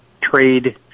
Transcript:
trade